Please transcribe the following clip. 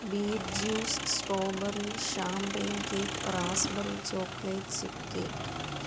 beet juice strawberry champagne cake raspberry chocolate chip cake